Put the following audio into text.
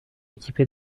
équipé